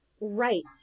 Right